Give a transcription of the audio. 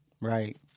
Right